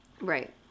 Right